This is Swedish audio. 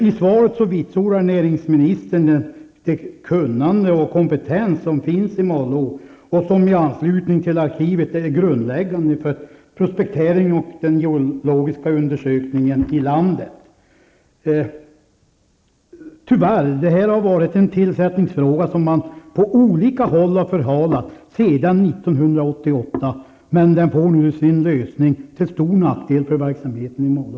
I svaret vitsordar näringsministern det tekniska kunnande och den kompetens som finns i Malå och som i anslutning till arkivet är grundläggande för prospektering och den geologiska undersökningen i landet. Det här är tyvärr en tillsättningsfråga som man på olika håll har förhalat sedan 1988. Den får nu sin lösning, till stor nackdel för verksamheten i Malå.